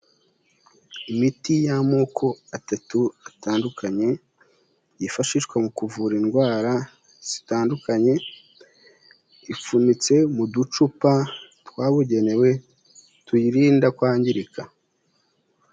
Imiti y'amoko atatu atandukanye, yifashishwa mu kuvura indwara zitandukanye, ipfunyitse mu ducupa twabugenewe tuyirinda kwangirika.